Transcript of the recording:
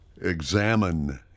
examine